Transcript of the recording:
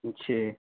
اچھے